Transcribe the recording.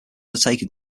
undertaken